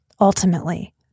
ultimately